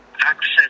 access